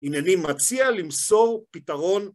הנני מציע למסור פתרון